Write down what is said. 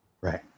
Right